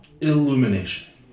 illumination